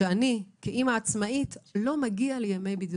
שאני כאימא עצמאית לא מגיעה לי ימי בידוד.